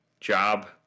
job